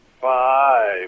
Five